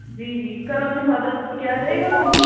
جی جی کل اپنے فادر کو لے کے آ جائیے گا تو ہم